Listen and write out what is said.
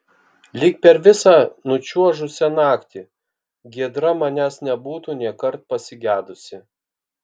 lyg per visą nučiuožusią naktį giedra manęs nebūtų nėkart pasigedusi